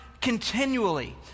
continually